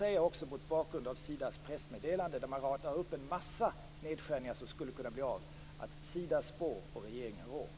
Mot bakgrund av Sidas pressmeddelande, där man radar upp en massa nedskärningar som skulle kunna bli av, vill jag gärna säga att Sida spår och regeringen rår.